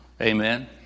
Amen